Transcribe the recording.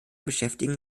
beschäftigen